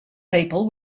people